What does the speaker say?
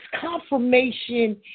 confirmation